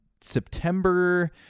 September